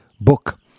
book